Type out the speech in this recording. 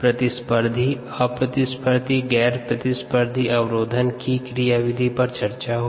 प्रतिस्पर्धी अप्रतिस्पर्धी और गैर प्रतिस्पर्धी अवरोधन गतिकी की क्रियाविधि पर चर्चा हुई